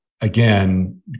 again